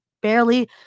barely